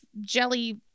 jelly